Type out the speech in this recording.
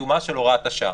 לקיומה של הוראת השעה.